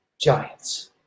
giants